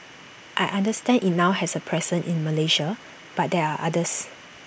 I understand IT now has A presence in Malaysia but there are others